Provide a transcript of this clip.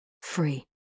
Free